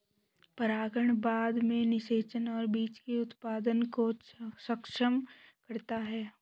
परागण बाद में निषेचन और बीज के उत्पादन को सक्षम करता है